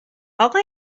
اقا